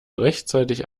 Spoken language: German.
rechtzeitig